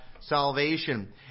salvation